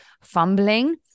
fumbling